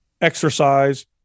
exercise